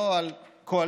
לא על הקואליציה,